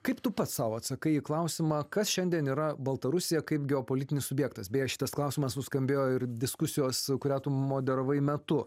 kaip tu pats sau atsakai į klausimą kas šiandien yra baltarusija kaip geopolitinis subjektas beje šitas klausimas nuskambėjo ir diskusijos kurią tu moderavai metu